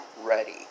ready